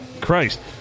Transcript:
Christ